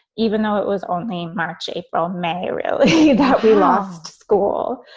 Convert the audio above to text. even though it was only march, april, may realize that we lost school.